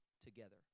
together